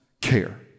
care